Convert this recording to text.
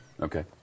Okay